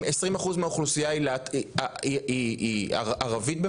20% מהאוכלוסייה במדינת ישראל היא ערבית,